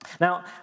Now